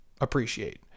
appreciate